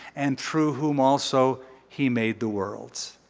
and through whom also he made the world.